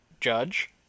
judge